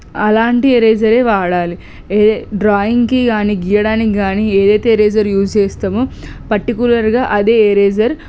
అలాంటి ఎరేజరే వాడాలి ఏ డ్రాయింగ్కి కానీ గీయడానికి గానీ ఏదైతే రేజర్ యూస్ చేస్తామో పర్టికులర్గా అదే ఎరేజర్